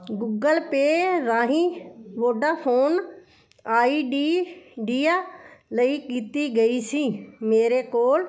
Google Pay ਰਾਹੀਂ Vodafone Idea ਲਈ ਕੀਤੀ ਗਈ ਸੀ ਮੇਰੇ ਕੋਲ